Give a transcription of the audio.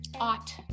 art